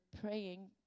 praying